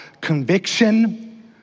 conviction